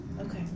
Okay